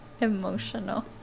emotional